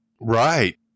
Right